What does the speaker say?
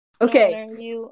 Okay